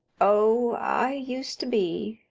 oh, i used to be.